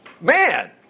Man